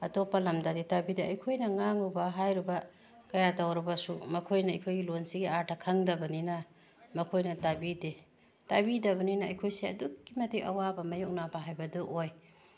ꯑꯇꯣꯞꯄ ꯂꯝꯗꯗ ꯇꯥꯕꯤꯗ ꯑꯩꯈꯣꯏꯅ ꯉꯥꯡꯂꯨꯕ ꯍꯥꯏꯔꯨꯕ ꯀꯌꯥ ꯇꯧꯔꯕꯁꯨ ꯃꯈꯣꯏꯅ ꯑꯩꯈꯣꯏꯒꯤ ꯂꯣꯟꯁꯤꯒꯤ ꯑꯥꯔꯊ ꯈꯪꯗꯕꯅꯤꯅ ꯃꯈꯣꯏꯅ ꯇꯥꯕꯤꯗꯦ ꯇꯥꯕꯤꯗꯕꯅꯤꯅ ꯑꯩꯈꯣꯏꯁꯦ ꯑꯗꯨꯛꯀꯤ ꯃꯇꯤꯛ ꯑꯋꯥꯕ ꯃꯥꯏꯌꯣꯛꯅꯕ ꯍꯥꯏꯕꯗꯨ ꯑꯣꯏ